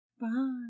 Bye